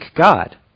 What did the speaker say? God